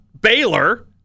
Baylor